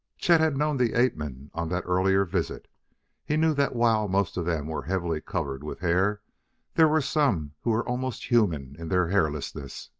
chet had known the ape-men on that earlier visit he knew that while most of them were heavily covered with hair there were some who were almost human in their hairlessness.